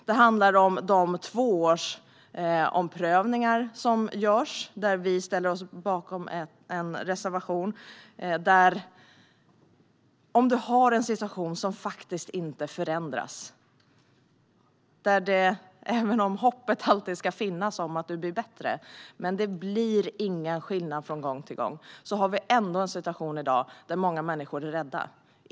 Det handlar om de tvåårsomprövningar som görs, och vi ställer oss bakom en reservation om detta. När situationen faktiskt inte förändras, och det, även om hoppet alltid ska finnas om att du blir bättre, inte blir någon skillnad från gång till gång, är många människor i dag ändå rädda.